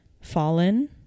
fallen